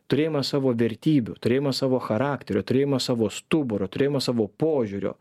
turėjimą savo vertybių turėjimą savo charakterio turėjimą savo stuburo turėjimą savo požiūrio